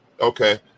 Okay